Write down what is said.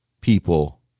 people